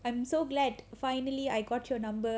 I am so glad finally I got your number